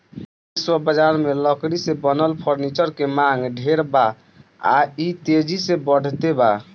विश्व बजार में लकड़ी से बनल फर्नीचर के मांग ढेर बा आ इ तेजी से बढ़ते बा